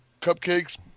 cupcakes